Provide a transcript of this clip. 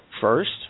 first